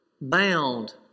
bound